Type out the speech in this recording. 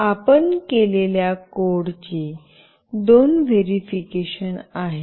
म्हणून आपण केलेल्या कोडची दोन व्हेरिएशन आहेत